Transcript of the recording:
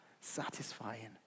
satisfying